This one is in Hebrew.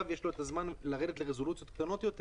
יש לו את הזמן לרדת לרזולוציות נמוכות יותר.